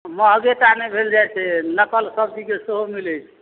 महगे टा नहि भेल जाइ छै नकल सबचीजके सेहो मिलै छै